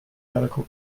medical